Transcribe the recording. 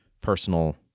personal